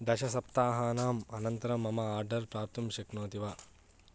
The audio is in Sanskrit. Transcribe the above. दशसप्ताहानाम् अनन्तरं मम आर्डर् प्राप्तुं शक्नोति वा